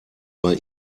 bei